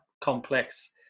complex